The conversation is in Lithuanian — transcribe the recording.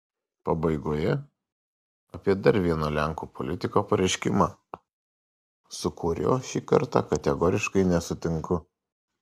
pabaigoje apie dar vieno lenkų politiko pareiškimą su kuriuo šį kartą kategoriškai nesutinku